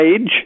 age